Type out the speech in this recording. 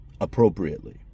appropriately